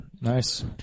nice